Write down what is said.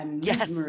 Yes